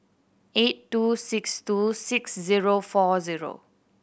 eight two six two six zero four zero